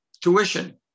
tuition